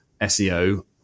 SEO